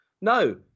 No